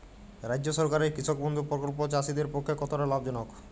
রাজ্য সরকারের কৃষক বন্ধু প্রকল্প চাষীদের পক্ষে কতটা লাভজনক?